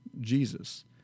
Jesus